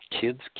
kids